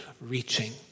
reaching